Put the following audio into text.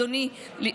אדוני,